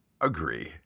Agree